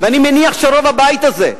ואני מניח שרוב הבית הזה,